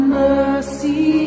mercy